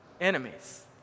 enemies